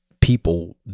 people